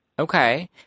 Okay